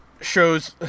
shows